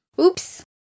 Oops